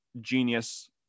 genius